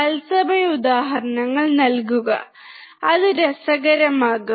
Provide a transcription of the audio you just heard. തത്സമയ ഉദാഹരണങ്ങൾ നൽകുക അത് രസകരമാകും